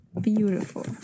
Beautiful